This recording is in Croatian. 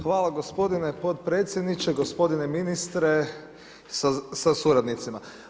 Hvala gospodine potpredsjedniče, gospodine ministre sa suradnicima.